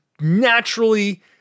naturally